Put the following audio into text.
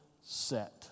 set